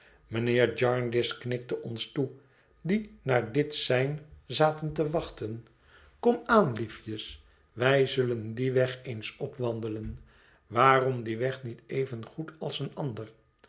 mijnheer jarndyce knikte ons toe die naar dit sein zaten te wachten kom aan liefjes wij zullen dien weg eens opwandelen waarom dien weg niet evengoed als een ander